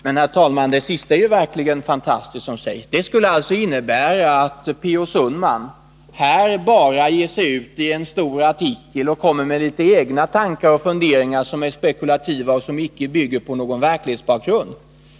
Herr talman! Det senaste som sägs är ju verkligen fantastiskt! Det skulle alltså innebära att P. O. Sundman i en stor artikel bara lägger fram litet egna tankar och funderingar som är spekulativa och inte bygger på någon verklighetsbakgrund.